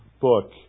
book